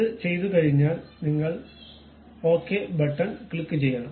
അത് ചെയ്തുകഴിഞ്ഞാൽ നിങ്ങൾ ശരി ബട്ടൺ ക്ലിക്കുചെയ്യണം